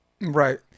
Right